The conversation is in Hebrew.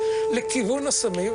חוסר שליטה,